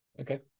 okay